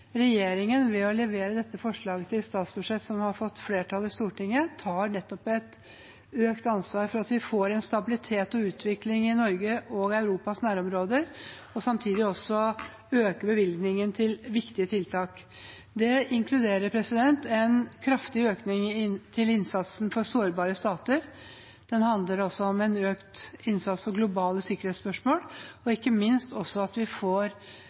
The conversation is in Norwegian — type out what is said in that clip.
regjeringen, ved å levere dette forslaget til statsbudsjett som vil få flertall i Stortinget, nettopp tar et økt ansvar for at vi får en stabilitet og en utvikling i Norge og i Europas nærområder, og samtidig øker bevilgningen til viktige tiltak. Det inkluderer en kraftig økning av innsatsen for sårbare stater. Det handler også om en økt innsats for globale sikkerhetsspørsmål, og ikke minst om at vi